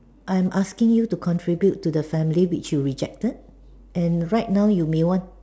I'm asking you to contribute to the family which you rejected and right now you may want